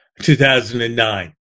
2009